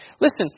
Listen